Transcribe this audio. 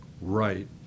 Right